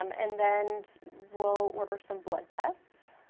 um and then we'll order some blood tests.